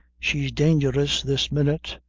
she's dangerous this minute,